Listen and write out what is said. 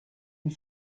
and